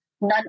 none